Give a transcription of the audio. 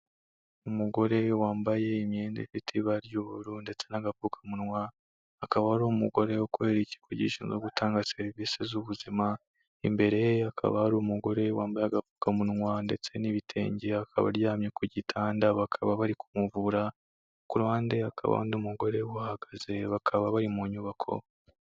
Umugore wambaye imyenda ifite ibara ry'ubururu ndetse n'agapfukamunwa akaba ari umugore kubera ikigo gishinzwe gutanga serivisi z'ubuzima imbere ye akaba ari umugore wambaye agapfukamunwa ndetse n'ibitenge akaba aryamye ku gitanda bakaba bari kumuvura ku ruhande hakaba undi mugore uhagaze bakaba bari mu nyubako.